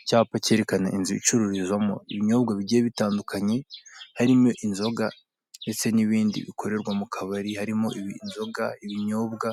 Icyapa cyerekana inzu icururizwamo ibinyobwa bigiye bitandukanye, harimo inzoga ndetse n'ibindi bikorerwa mu kabari, harimo inzoga, ibinyobwa